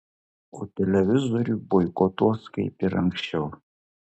o televizorių boikotuos kaip ir anksčiau